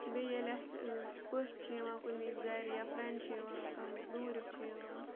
بیٚیہِ ییٚلہِ اَسہِ پٔژھۍ چھِ یِوان کُنہِ وِز گَرِ یا فرٛٮ۪نٛڈ چھِ یِوان کانٛہہ دوٗریُک چھِ یِوان